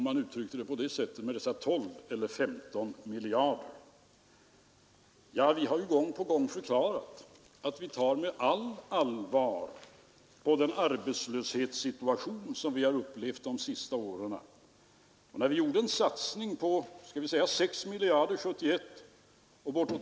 Jag är också beredd att säga, eftersom jag kom in på den här litet mer principiella diskussionen, att jag några gånger fått i mig att den här finansministern som vi har nu för tiden inte har en aning om den gamla ekonomen Keynes” idéer.